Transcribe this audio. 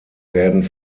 werden